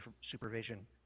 supervision